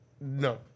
No